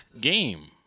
game